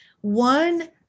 one